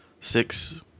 six